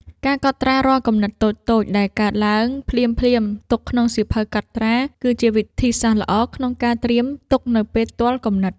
ការកត់ត្រារាល់គំនិតតូចៗដែលកើតឡើងភ្លាមៗទុកក្នុងសៀវភៅកត់ត្រា គឺជាវិធីសាស្ត្រល្អក្នុងការត្រៀមទុកនៅពេលទាល់គំនិត។